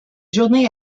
journées